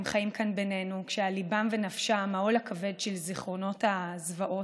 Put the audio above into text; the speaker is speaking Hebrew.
הם חיים כאן בינינו כשעל ליבם ונפשם העול הכבד של זיכרונות הזוועות,